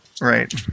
Right